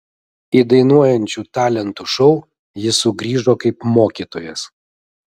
į dainuojančių talentų šou jis sugrįžo kaip mokytojas